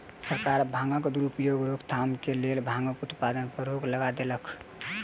सरकार भांगक दुरुपयोगक रोकथामक लेल भांगक उत्पादन पर रोक लगा देलक